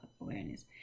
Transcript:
awareness